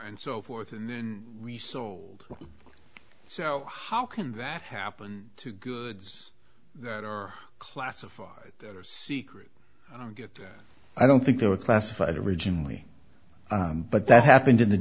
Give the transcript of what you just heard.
and so forth and then resold so how can that happen to goods that are classified that are secret i don't get i don't think they were classified originally but that happened in the